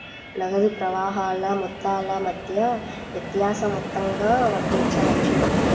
నగదు ప్రవాహాల మొత్తాల మధ్య వ్యత్యాస మొత్తంగా వర్ణించవచ్చు